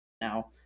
now